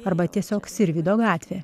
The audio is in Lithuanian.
arba tiesiog sirvydo gatvė